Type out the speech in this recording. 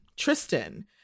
tristan